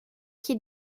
qui